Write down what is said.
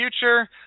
future